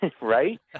Right